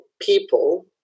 people